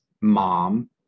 mom